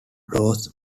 draws